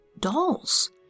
dolls